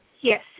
Yes